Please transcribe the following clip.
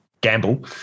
gamble